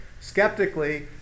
skeptically